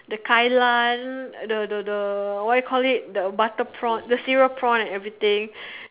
the kai-lan the the the what you call it the cereal prawn and everything